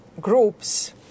groups